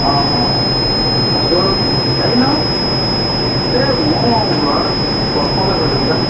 অঁ অঁ অঁ আছোঁ আৰু হেৰি নহয় এই মোৰ ল'ৰাটো প্ৰশ্ন এটা কৰিলে বুইছা নহয়